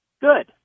good